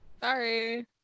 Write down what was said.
Sorry